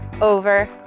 over